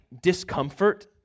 discomfort